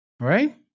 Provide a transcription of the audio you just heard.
right